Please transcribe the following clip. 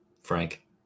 frank